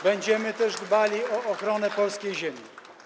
Będziemy też dbali o ochronę polskiej ziemi.